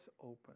open